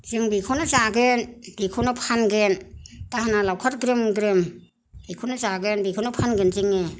जों बिखौनो जागोन बेखौनो फानगोन दाहोना लावखार ग्रोम ग्रोम बेखौनो जागोन बेखौनो फानगोन जोङो